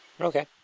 Okay